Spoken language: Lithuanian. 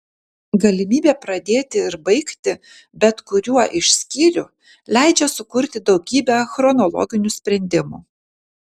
galimybė pradėti ir baigti bet kuriuo iš skyrių leidžia sukurti daugybę chronologinių sprendimų